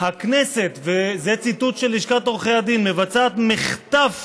שהכנסת, זה ציטוט של לשכת עורכי הדין, מבצעת מחטף